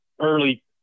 early